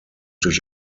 durch